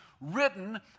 written